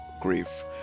grief